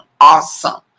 Awesome